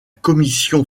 commission